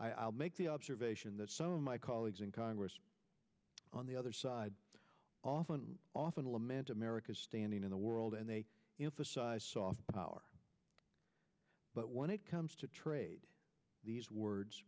my i'll make the observation that some of my colleagues in congress on the other side often often lament america's standing in the world and they emphasize soft power but when it comes to trade these words